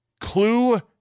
Clue